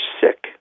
sick